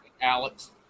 Alex